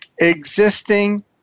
Existing